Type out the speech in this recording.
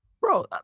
bro